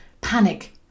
Panic